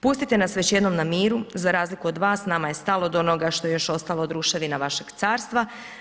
Pustite nas već jednom na miru, za razliku od vas nama je stalo do onoga što je još ostalo od ruševina vašega carstva.